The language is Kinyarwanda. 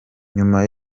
nyuma